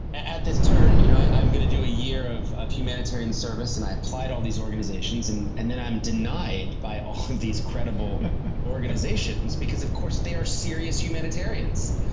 at this turn, you know i'm going to do a year of of humanitarian service. and i applied all these organizations and and then, then, i'm denied by all these credible organizations because of course, they are serious humanitarians.